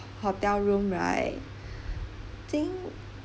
hotel room right I think